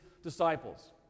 Disciples